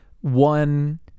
one